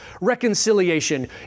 reconciliation